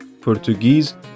Portuguese